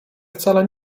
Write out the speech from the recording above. wcale